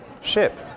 Ship